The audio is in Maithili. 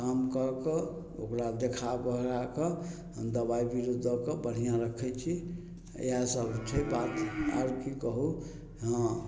काम कऽ कऽ ओकरा देखा बहरा कऽ हम दबाइ बिर्रो दऽ कऽ बढ़िआँ रखय छी इहए सब छै बात और की कहू हँ